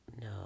no